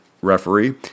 referee